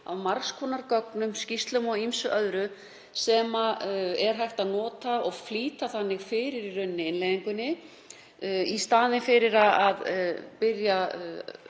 af margs konar gögnum, skýrslum og ýmsu öðru, sem er hægt að nota og flýta þannig fyrir innleiðingunni í staðinn fyrir að byrja